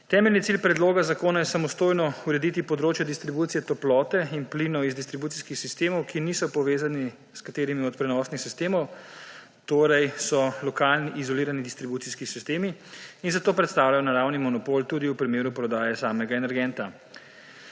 Temeljni cilj predloga zakona je samostojno urediti področje distribucije toplote in plinov iz distribucijskih sistemov, ki niso povezani s katerim od prenosnih sistemov, torej so lokalni izolirani distribucijski sistemi in zato predstavljajo naravni monopol tudi v primeru prodaje samega energenta.